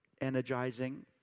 energizing